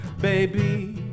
baby